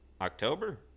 october